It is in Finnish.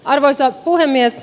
arvoisa puhemies